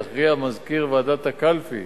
יכריע מזכיר ועדת הקלפי